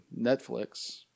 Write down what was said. Netflix